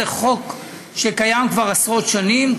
זה חוק שקיים כבר עשרות שנים,